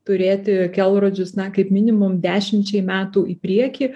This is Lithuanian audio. turėti kelrodžius na kaip minimum dešimčiai metų į priekį